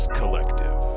collective